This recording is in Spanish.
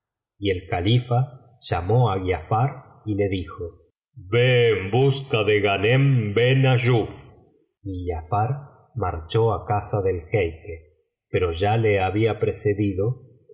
y el califa llamó á giafar y le dijo ve en busca de ghanem ben ayub y giafar marchó á casa del jeique pero ya le había precedido